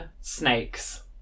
snakes